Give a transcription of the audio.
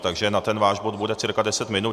Takže na ten váš bod bude cca 10 minut.